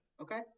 Okay